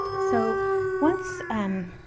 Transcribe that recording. so once, um,